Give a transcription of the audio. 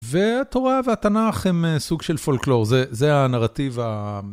והתורה והתנ״ך הם סוג של פולקלור, זה הנרטיב ה...